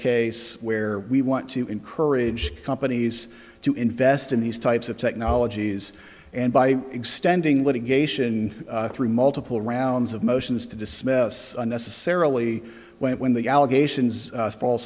case where we want to encourage companies to invest in these types of technologies and by extending litigation through multiple rounds of motions to dismiss unnecessarily went when the allegations fall